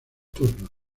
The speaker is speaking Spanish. turnos